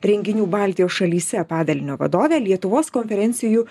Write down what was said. renginių baltijos šalyse padalinio vadovė lietuvos konferencijų